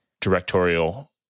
directorial